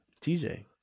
TJ